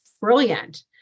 brilliant